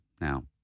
Now